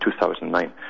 2009